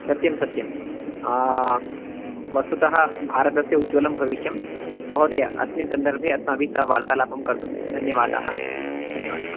सत्यं सत्यं वस्तुतः भारतस्य उज्वलं भविष्यं महोदय अस्मिन् सन्दर्भे अस्माभिः सह वार्तालापं कर्तुं धन्यवादाः धन्यवादाः